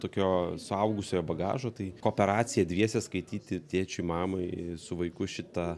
tokio suaugusiojo bagažo tai kooperacija dviese skaityti tėčiui mamai su vaiku šitą